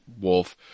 wolf